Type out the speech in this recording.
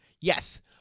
Yes